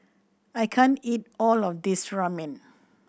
I can't eat all of this Ramen